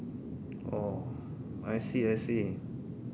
oh I see I see